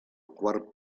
quart